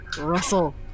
Russell